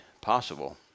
possible